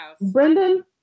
Brendan